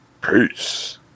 Peace